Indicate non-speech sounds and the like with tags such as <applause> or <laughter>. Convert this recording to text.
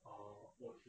<noise>